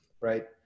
right